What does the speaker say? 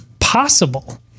possible